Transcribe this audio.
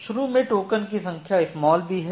शुरू में टोकन की संख्या b है